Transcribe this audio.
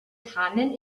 tannen